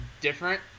different